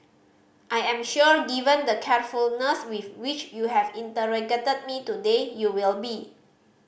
I am sure given the carefulness with which you have interrogated me today you will be